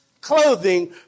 clothing